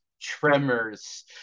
Tremors